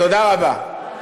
תודה רבה.